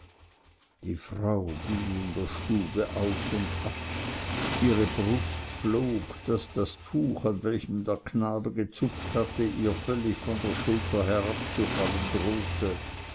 die frau ging in der stube auf und ab ihre brust flog daß das tuch an welchem der knabe gezupft hatte ihr völlig von der schulter herabzufallen drohte